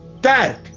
Dad